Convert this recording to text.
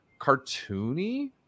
cartoony